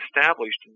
established